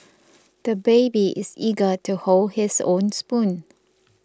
the baby is eager to hold his own spoon